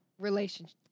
relationship